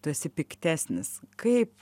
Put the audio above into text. tu esi piktesnis kaip